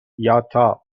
یاتا